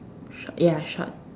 short ya short